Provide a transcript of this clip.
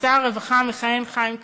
לשר הרווחה המכהן חיים כץ,